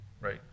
Right